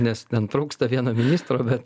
nes ten trūksta vieno ministro bet